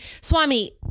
Swami